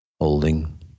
Holding